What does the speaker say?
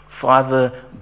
Father